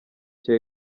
cya